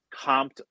comped